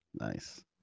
nice